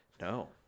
No